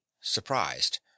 surprised